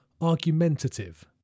argumentative